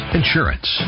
insurance